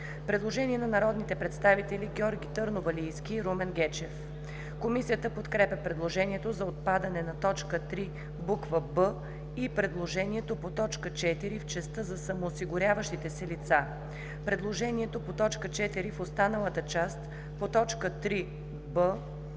Предложение на народните представители Георги Търновалийски и Румен Гечев. Комисията подкрепя предложението за отпадане на т. 3, буква „б“ и предложението по т. 4 в частта за „самоосигуряващите се лица“. Предложението по т. 4 в останалата част, по т. 3,